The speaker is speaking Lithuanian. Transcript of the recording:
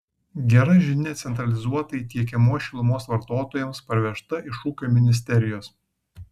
gera žinia centralizuotai tiekiamos šilumos vartotojams parvežta iš ūkio ministerijos